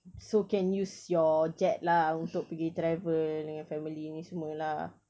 so can use your jet lah untuk pergi travel dengan family ni semua lah